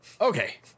Okay